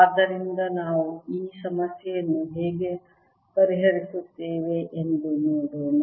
ಆದ್ದರಿಂದ ನಾವು ಈ ಸಮಸ್ಯೆಯನ್ನು ಹೇಗೆ ಪರಿಹರಿಸುತ್ತೇವೆ ಎಂದು ನೋಡೋಣ